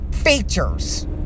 Features